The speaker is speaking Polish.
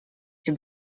się